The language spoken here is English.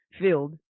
filled